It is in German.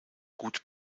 gut